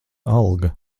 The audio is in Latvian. alga